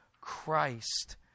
Christ